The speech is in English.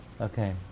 Okay